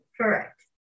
Correct